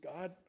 God